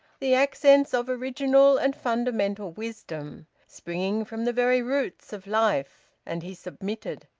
the accents of original and fundamental wisdom, springing from the very roots of life. and he submitted.